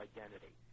Identity